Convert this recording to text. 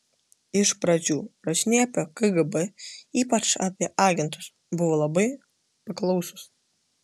iš pradžių rašiniai apie kgb ypač apie agentus buvo labai paklausūs